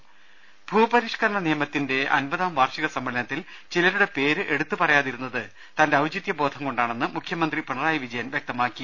രുട്ടിട്ട്ട്ട്ട്ട്ട്ട ഭൂപരിഷ്കരണ നിയമത്തിന്റെ അമ്പതാം വാർഷിക സമ്മേളനത്തിൽ ചി ലരുടെ പേര് എടുത്ത് പറയാതിരുന്നത് തന്റെ ഔചിതൃബോധം കൊണ്ടാ ണെന്ന് മുഖ്യമന്ത്രി പിണറായി വിജയൻ വൃക്തമാക്കി